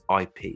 IP